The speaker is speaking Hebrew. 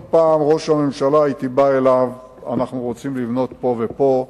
כל פעם הייתי בא לראש הממשלה: אנחנו רוצים לבנות פה ופה.